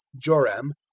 Joram